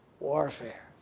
Warfare